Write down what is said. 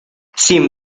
sin